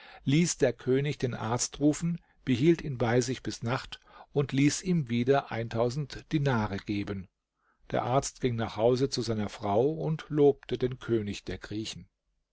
ließ der könig den arzt rufen behielt ihn bei sich bis nacht und ließ ihm wieder dinare geben der arzt ging nach hause zu seiner frau und lobte den könig der griechen